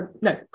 No